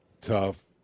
tough